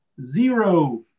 Zero